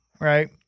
Right